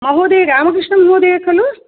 महोदयः रामकृष्णमहोदयः खलु